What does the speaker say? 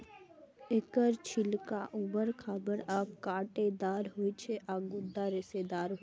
एकर छिलका उबर खाबड़ आ कांटेदार होइ छै आ गूदा रेशेदार होइ छै